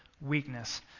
weakness